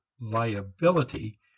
liability